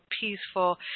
peaceful